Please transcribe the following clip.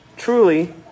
Truly